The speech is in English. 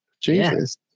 Jesus